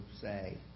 say